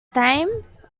time